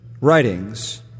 writings